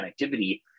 connectivity